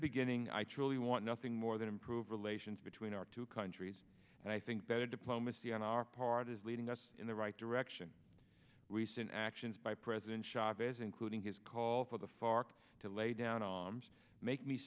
beginning i truly want nothing more than improve relations between our two countries and i think that diplomacy on our part is leading us in the right direction recent actions by president chavez including his call for the fark to lay down on make me